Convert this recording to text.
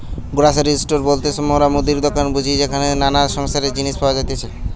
grocery store বলতে মোরা মুদির দোকান বুঝি যেখানে নানা সংসারের জিনিস পাওয়া যাতিছে